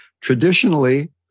Traditionally